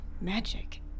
magic